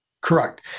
Correct